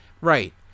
Right